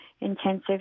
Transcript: intensive